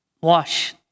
Wash